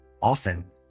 Often